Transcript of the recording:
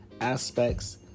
aspects